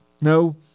no